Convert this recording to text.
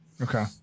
Okay